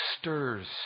stirs